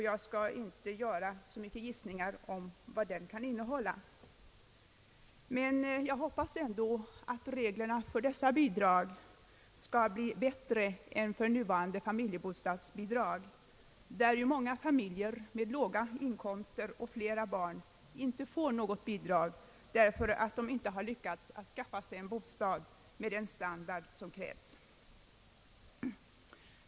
Jag skall inte göra så många gissningar om vad den kan innehålla, men jag hoppas ändå att reglerna för dessa bidrag skall bli bättre än reglerna för nuvarande familjebostadsbidrag, som innebär att många familjer med låga inkomster och flera barn inte får något bidrag därför att de inte har lyckats skaffa sig bostad med den standard som krävs.